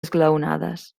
esglaonades